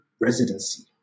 residency